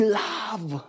love